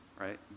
right